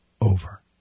over